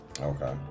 Okay